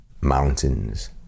mountains